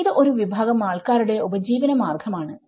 ഇത് ഒരു വിഭാഗം ആൾക്കാരുടെ ഉപജീവനം മാർഗം ആണ്